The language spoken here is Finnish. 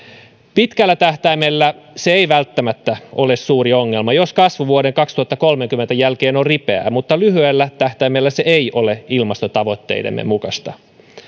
pitkällä tähtäimellä se ei välttämättä ole suuri ongelma jos kasvu vuoden kaksituhattakolmekymmentä jälkeen on ripeää mutta lyhyellä tähtäimellä se ei ole ilmastotavoitteidemme mukaista